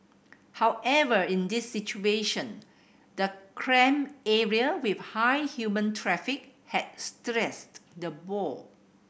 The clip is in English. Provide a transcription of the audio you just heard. however in this situation the cramped area with high human traffic had stressed the boar